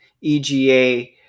EGA